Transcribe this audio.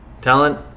Talent